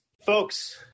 Folks